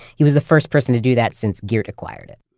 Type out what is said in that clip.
he was the first person to do that since geert acquired it